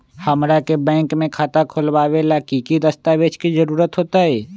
हमरा के बैंक में खाता खोलबाबे ला की की दस्तावेज के जरूरत होतई?